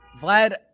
Vlad